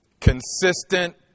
consistent